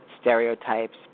stereotypes